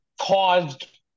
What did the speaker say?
caused